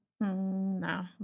no